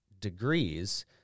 degrees